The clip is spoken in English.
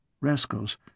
Rascals